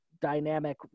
dynamic